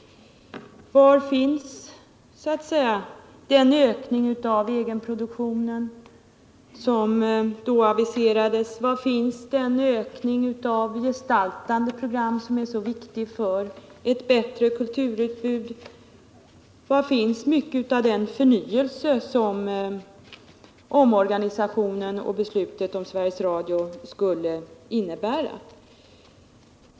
Var finns den ökning av egenproduktionen som då aviserades? Var finns den ökning av gestaltande program som är så viktig för ett bättre kulturutbud? Var finns mycket av den förnyelse som omorganisationen och beslutet om Sveriges Radio skulle innebära?